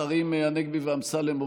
השרים הנגבי ואמסלם,